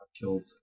killed